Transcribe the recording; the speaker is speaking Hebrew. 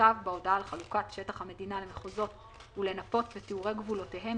גבולותיו בהודעה על חלוקת שטח המדינה למחוזות ולנפות ותיאורי גבולותיהם,